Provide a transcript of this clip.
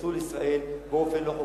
ייכנסו לישראל באופן לא חוקי.